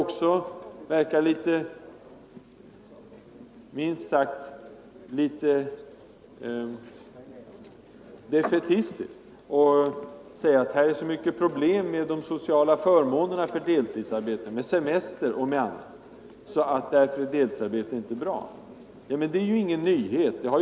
Det finns en självuppgivenhet i talet om att det är mycket problem med de sociala förmånerna för deltidsarbetande och att deltidsarbete därför inte är bra. Det är ingen nyhet.